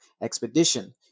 Expedition